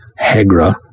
Hegra